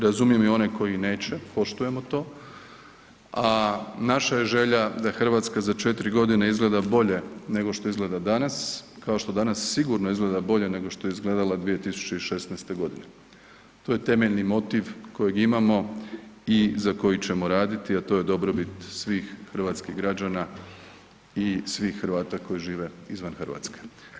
Razumijem i one koji neće, poštujemo to, a naša je želja da Hrvatska za 4 godine izgleda bolje nego što izgleda danas, kao što danas sigurno izgleda bolje nego što je izgledala 2016. g. To je temeljni motiv kojeg imamo i za koji ćemo raditi, a to je dobrobit svih hrvatskih građana i svih Hrvata koji žive izvan Hrvatske.